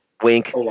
Wink